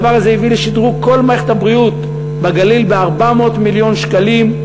הדבר הזה הביא לשדרוג כל מערכת הבריאות בגליל ב-400 מיליון שקלים,